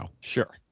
Sure